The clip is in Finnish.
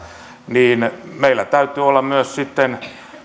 meillä täytyy olla myös sitten